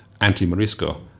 anti-morisco